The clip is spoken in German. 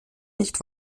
nicht